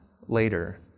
later